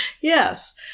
Yes